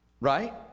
right